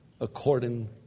according